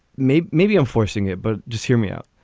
maybe, maybe i'm forcing it, but just hear me out.